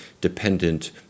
dependent